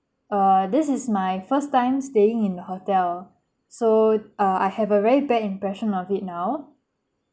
err this is my first time staying in the hotel so uh I have a very bad impression of it now